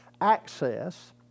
access